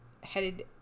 headed